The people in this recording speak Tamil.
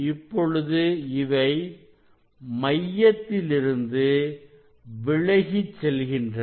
இப்பொழுது இவை மையத்திலிருந்து விலகிச் செல்கின்றன